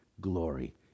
glory